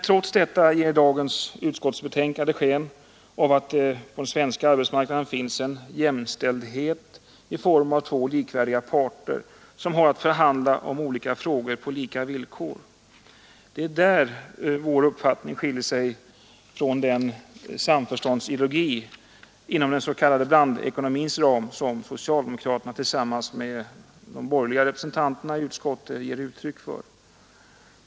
Trots detta ger dagens utskottsbetänkande sken av att det på den svenska arbetsmarknaden finns en jämställdhet i form av två likvärdiga parter, som har att förhandla om olika frågor på lika villkor. Det är där vår uppfattning skiljer sig från den samförståndsideologi inom den s.k. blandekonomins ram som socialdemokraterna tillsammans med de borgerliga representanterna i utskottet ger uttryck för.